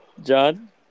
John